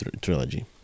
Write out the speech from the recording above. trilogy